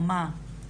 או מה?